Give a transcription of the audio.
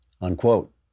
unquote